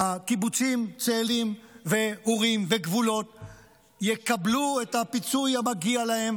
שהקיבוצים צאלים ואורים וגבולות יקבלו את הפיצוי המגיע להם,